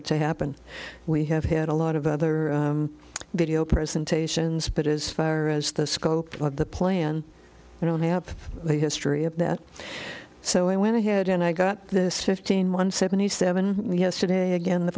it to happen we have had a lot of other video presentations but as far as the scope of the plan i don't have a history of that so i went ahead and i got this fifteen one seventy seven yesterday again the